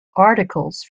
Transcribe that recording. articles